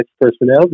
personnel